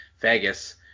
Vegas